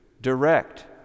direct